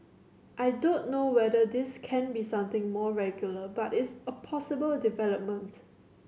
I don't know whether this can be something more regular but it's a possible development